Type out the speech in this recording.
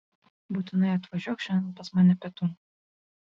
būtinai atvažiuok šiandien pas mane pietų